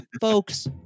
Folks